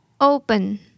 open